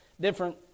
different